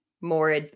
more